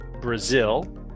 Brazil